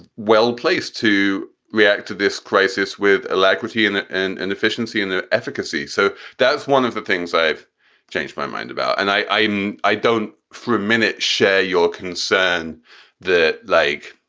well-placed to react to this crisis with alacrity and alacrity and and efficiency in their efficacy. so that's one of the things i've changed my mind about. and i i'm i don't for a minute share your concern that like.